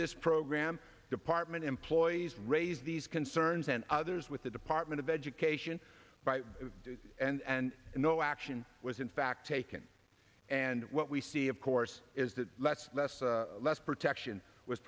this program department employees raised these concerns and others with the department of education and no action was in fact taken and what we see of course is that let's less protection was